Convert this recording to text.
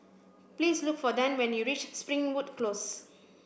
please look for Dan when you reach Springwood Close